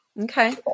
Okay